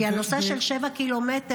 כי הנושא של 7 קילומטר,